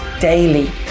daily